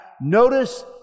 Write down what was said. Notice